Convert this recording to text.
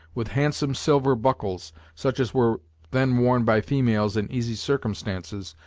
with handsome silver buckles, such as were then worn by females in easy circumstances,